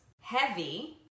heavy